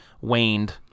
waned